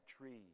tree